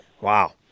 Wow